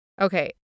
Okay